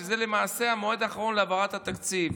שזה למעשה המועד האחרון להעברת התקציב.